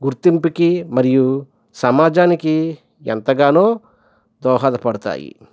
గుర్తింపుకి మరియు సమాజానికి ఎంతగానో దోహాద పడుతాయి